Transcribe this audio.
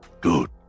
Good